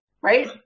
right